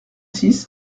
six